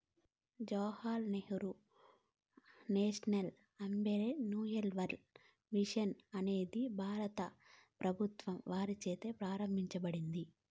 Jawahar Lal Nehru national urban renewal mission అనేది భారత ప్రభుత్వం వారిచే ప్రారంభించబడింది